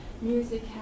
music